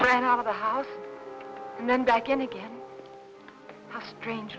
ran out of the house and then back in again a strange